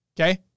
okay